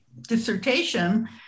dissertation